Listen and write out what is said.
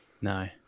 No